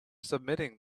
submitting